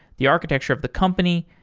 the architecture of the company.